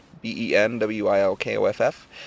b-e-n-w-i-l-k-o-f-f